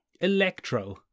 Electro